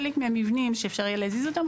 חלק מהמבנים שאפשר יהיה להזיז אותם,